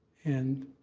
and